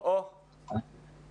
מאוד לכאורה מדבקת ומפחידה.